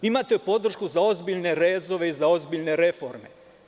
Imate podršku za ozbiljne rezove i za ozbiljne reforme.